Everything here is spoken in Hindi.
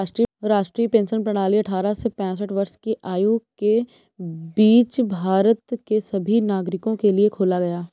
राष्ट्रीय पेंशन प्रणाली अट्ठारह से पेंसठ वर्ष की आयु के बीच भारत के सभी नागरिकों के लिए खोला गया